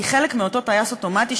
היא חלק מאותו טייס אוטומטי,